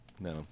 No